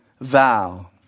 vow